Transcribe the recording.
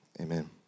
amen